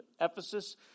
Ephesus